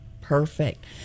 Perfect